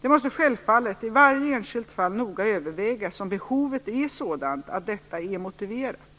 Det måste självfallet i varje enskilt fall noga övervägas om behovet är sådant att detta är motiverat.